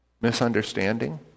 misunderstanding